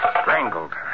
strangled